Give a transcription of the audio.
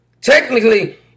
Technically